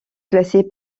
classé